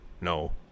no